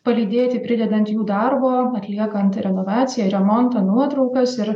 palydėti pridedant jų darbo atliekant renovaciją remontą nuotraukas ir